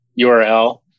URL